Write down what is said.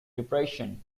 depression